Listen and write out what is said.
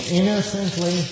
innocently